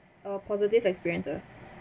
err positive experiences